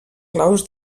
claus